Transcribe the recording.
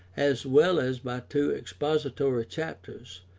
as well as by two expository chapters,